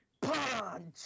punch